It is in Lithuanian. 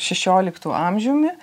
šešioliktu amžiumi